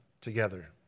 together